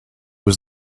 was